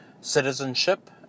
citizenship